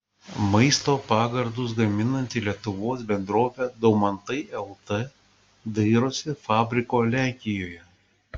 maisto pagardus gaminanti lietuvos bendrovė daumantai lt dairosi fabriko lenkijoje